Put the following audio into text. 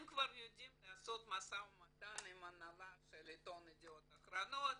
הם כבר יודעים לעשות משא ומתן עם ההנהלה של עיתון ידיעות אחרונות,